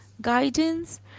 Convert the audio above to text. guidance